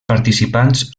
participants